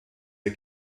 der